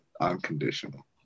unconditional